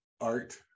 art